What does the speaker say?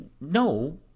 no